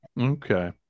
Okay